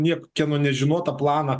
niekieno nežinota planą